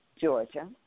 Georgia